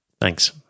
Thanks